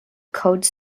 code